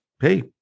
Hey